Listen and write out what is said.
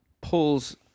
pulls